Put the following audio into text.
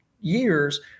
years